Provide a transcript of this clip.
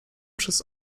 przez